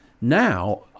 Now